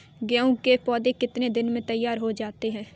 गेहूँ के पौधे कितने दिन में तैयार हो जाते हैं?